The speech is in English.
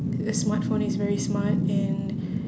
a smartphone is very smart and